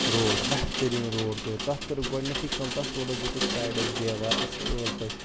road بہتریٖن road کوٚر تَتھ کٔرٕکھ گۄڈنٮ۪تھٕے کٲم تَتھ روڈَس دِتُکھ سایڈَس دیوار اَصٕل پٲٹھۍ